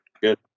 Good